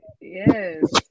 Yes